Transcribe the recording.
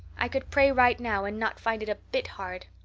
i could pray right now and not find it a bit hard.